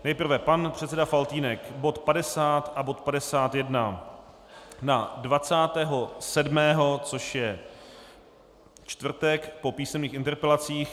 Nejprve pan předseda Faltýnek, bod 50 a bod 51 na 27. 3., což je čtvrtek, po písemných interpelacích.